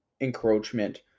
encroachment